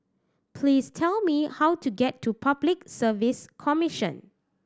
please tell me how to get to Public Service Commission